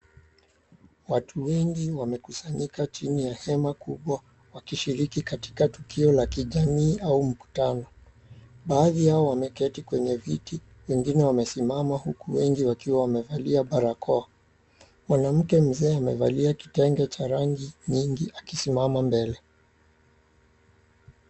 Watu wengi wamekusanyika chini ya hema kubwa wakishiriki katika tukio la kijamii au mkutano. Baadhi yao wameketi kwenye viti, wengine wamesimama huku wengi wakiwa wamevalia barakoa. Mwanamke mzee amevalia kitenge cha rangi nyingi akisimama mbele.